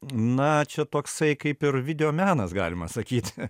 na čia toksai kaip ir videomenas galima sakyti